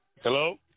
Hello